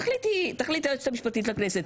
תחליט היועץ המשפטית לכנסת,